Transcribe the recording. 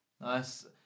Nice